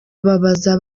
babaza